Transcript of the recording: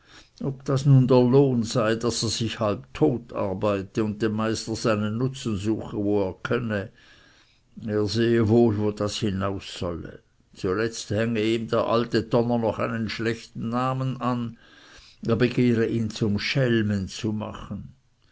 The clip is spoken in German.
ob das nun der lohn sei daß er sich halb tot arbeite und dem meister seinen nutzen suche wo er könne er sehe wohl wo das hinaus solle zuletzt hänge ihm dä alt donner noch einen schlechten namen an er begehre ihn zum schelmen zu machen